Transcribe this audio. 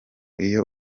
iyo